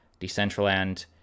Decentraland